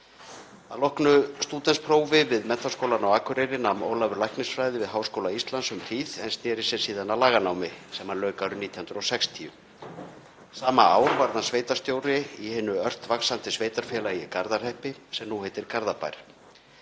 Að loknu stúdentsprófi við Menntaskólann á Akureyri nam Ólafur læknisfræði við Háskóla Íslands um hríð en sneri sér síðan að laganámi sem hann lauk árið 1960. Sama ár varð hann sveitarstjóri í hinu ört vaxandi sveitarfélagi Garðahreppi, sem nú heitir Garðabær.